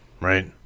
right